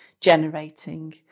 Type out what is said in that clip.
generating